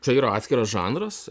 čia yra atskiras žanras